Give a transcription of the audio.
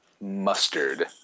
mustard